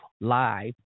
Live